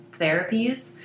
therapies